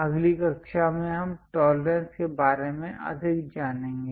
अगली कक्षा में हम टोलरेंस के बारे में अधिक जानेंगे